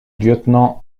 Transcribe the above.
lieutenant